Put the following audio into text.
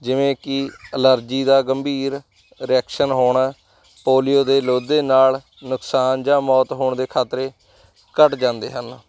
ਜਿਵੇਂ ਕਿ ਐਲਰਜੀ ਦਾ ਗੰਭੀਰ ਰਿਐਕਸ਼ਨ ਹੋਣਾ ਪੋਲੀਓ ਦੇ ਲੋਧੇ ਨਾਲ ਨੁਕਸਾਨ ਜਾਂ ਮੌਤ ਹੋਣ ਦੇ ਖਤਰੇ ਘੱਟ ਜਾਂਦੇ ਹਨ